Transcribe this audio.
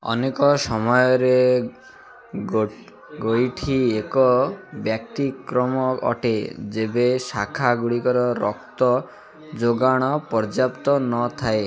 ଅନେକ ସମୟରେ ଗୋଇଠି ଏକ ବ୍ୟତିକ୍ରମ ଅଟେ ଯେବେ ଶାଖାଗୁଡ଼ିରେ ରକ୍ତ ଯୋଗାଣ ପର୍ଯ୍ୟାପ୍ତ ନଥାଏ